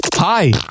Hi